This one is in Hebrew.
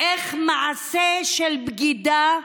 איך מעשה של בגידה,